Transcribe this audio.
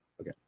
Okay